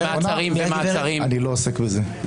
מה אתם עושים שם כל היום?